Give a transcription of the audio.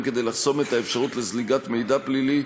כדי לחסום את האפשרות לזליגת מידע פלילי: